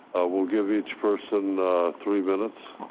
will give each person three minutes.